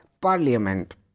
parliament